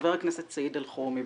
חבר הכנסת סעיד אלחרומי.